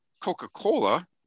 coca-cola